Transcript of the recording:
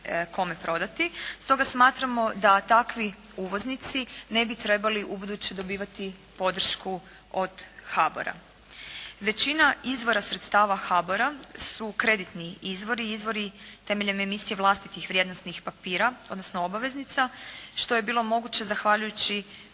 kome prodati. Stoga smatramo da takvi uvoznici ne bi trebali ubuduće dobivati podršku od HABOR-a. Većina izvora sredstava HABOR-a su kreditni izvori i izvori temeljem emisije vlastitih vrijednosnih papira odnosno obaveznica što je bilo moguće zahvaljujući